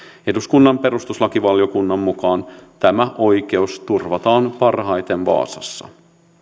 eduskunnan perustuslakivaliokunnan mukaan tämä oikeus turvataan parhaiten vaasassa